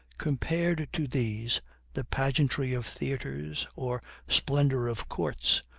compared to these the pageantry of theaters, or splendor of courts,